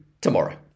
tomorrow